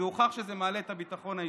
הוכח שזה מעלה את הביטחון האישי.